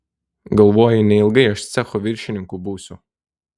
galvoji neilgai aš cecho viršininku būsiu